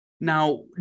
Now